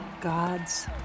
gods